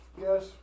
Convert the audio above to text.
Yes